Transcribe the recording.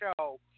Show